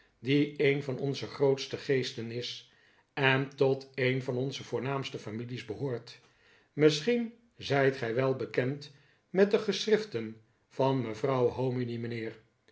die een van onze grootste geesten is en tot een van onze voornaamste families behoort misschien zijt gij wel bekend met de geschriften van mevrouw hominy mijnheer